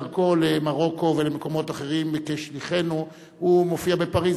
בדרכו למרוקו ולמקומות אחרים כשליחנו הוא מופיע בפריס,